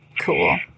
Cool